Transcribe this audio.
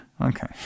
Okay